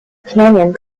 canyon